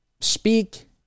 speak